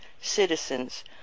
citizens